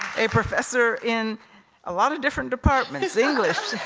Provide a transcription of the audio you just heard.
a professor in a lot of different departments, english,